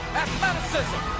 athleticism